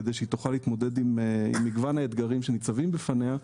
כדי שהיא תוכל להתמודד עם מגוון האתגרים שניצבים בפניה.